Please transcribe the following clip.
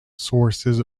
sources